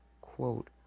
Quote